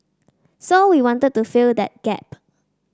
so we wanted to fill that gap